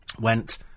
went